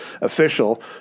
official